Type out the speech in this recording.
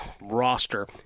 roster